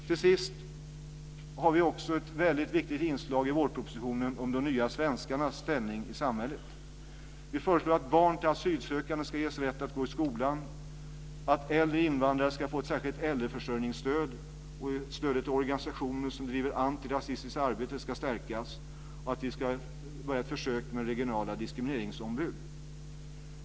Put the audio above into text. Till sist har vi också ett väldigt viktigt inslag i vårpropositionen om de nya svenskarnas ställning i samhället. Vi föreslår att barn till asylsökande ska ges rätt att gå i skolan, att äldre invandrare ska få ett särskilt äldreförsörjningsstöd, att stödet till organisationer som bedriver antirasistiskt arbete ska stärkas och att man ska påbörja ett försök med regionala diskrimineringsombud.